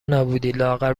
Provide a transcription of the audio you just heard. نبودی٬لااقل